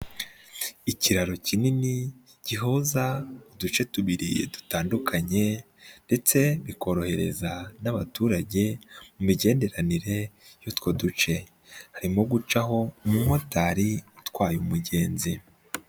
Ikiraro kinini gihuza uduce tubiri dutandukanye ndetse bikorohereza n'abaturage mu migenderanire y'utwo duce, harimo gucaho umumotari utwaye umugenzi.